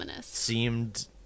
seemed